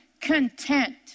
Content